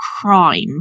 crime